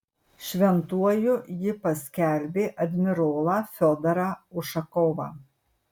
šventuoju ji paskelbė admirolą fiodorą ušakovą